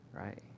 right